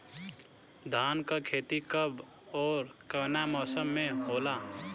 धान क खेती कब ओर कवना मौसम में होला?